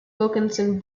wilkinson